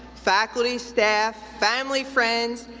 faculty, staff, family, friends,